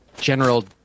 general